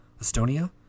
Estonia